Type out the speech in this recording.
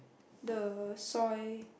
the soy